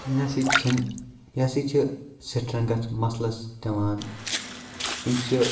یہِ نہ ہسا چھُنہٕ یہِ ہسا چھِ سِٹرنٛگٕتھ مَثلَس دِوان یُس یہِ